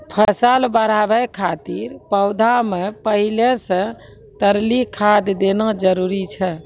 फसल बढ़ाबै खातिर पौधा मे पहिले से तरली खाद देना जरूरी छै?